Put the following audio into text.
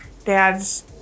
Dad's